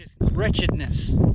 wretchedness